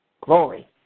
Glory